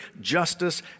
justice